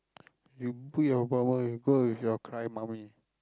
you book your appointment you go with your cry mummy